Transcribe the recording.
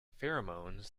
pheromones